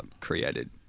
created